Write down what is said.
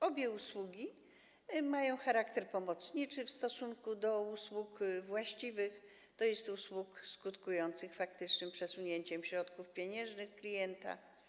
Obie usługi mają charakter pomocniczy w stosunku do usług właściwych, tj. usług skutkujących faktycznym przesunięciem środków pieniężnych klienta.